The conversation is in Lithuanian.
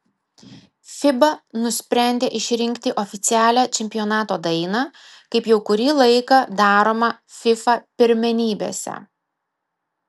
fiba nusprendė išrinkti oficialią čempionato dainą kaip jau kurį laiką daroma fifa pirmenybėse